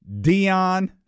Dion